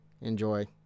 Enjoy